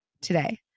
today